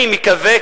אני מקווה,